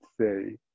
say